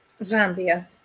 Zambia